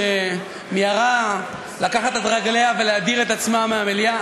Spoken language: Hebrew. שמיהרה לקחת את רגליה ולהדיר את עצמה מהמליאה,